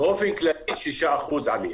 באופן כללי 6% עלייה.